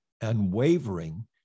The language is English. unwavering